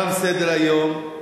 תם סדר-היום.